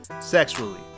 sexually